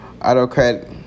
Autocratic